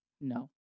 No